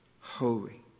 holy